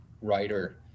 writer